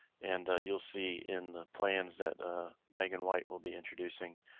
and you'll see in the plans that megan white will be introducing,